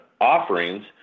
offerings –